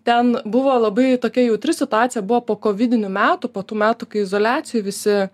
ten buvo labai tokia jautri situacija buvo po kovidinių metų po tų metų kai izoliacijoj visi